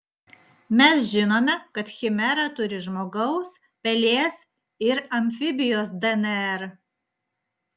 mes žinome kad chimera turi žmogaus pelės ir amfibijos dnr